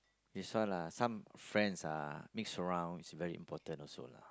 this one lah some friends ah mix around is very important also lah